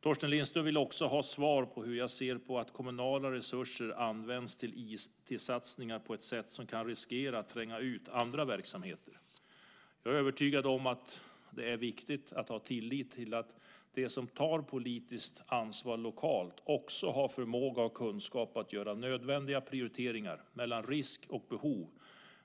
Torsten Lindström vill också ha svar på hur jag ser på att kommunala resurser används till IT-satsningar på ett sätt som kan riskera att tränga ut andra verksamheter. Jag är övertygad om att det är viktigt att ha tillit till att de som tar politiskt ansvar lokalt också har förmåga och kunskap att göra nödvändiga prioriteringar mellan risk och behov